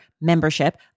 membership